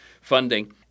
funding